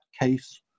case